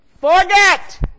forget